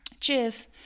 Cheers